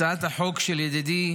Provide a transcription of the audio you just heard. הצעת החוק של ידידי